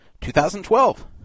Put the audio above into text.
2012